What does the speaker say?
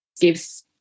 gives